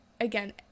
again